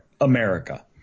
America